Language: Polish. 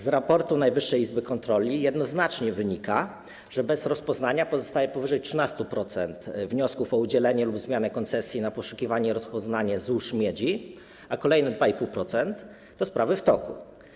Z raportu Najwyższej Izby Kontroli jednoznacznie wynika, że bez rozpoznania pozostaje powyżej 13% wniosków o udzielenie lub zmianę koncesji na poszukiwanie i rozpoznanie złóż miedzi, a kolejne 2,5% to sprawy w toku.